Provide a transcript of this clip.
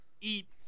eat